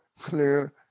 clear